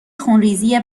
خونریزی